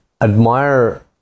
admire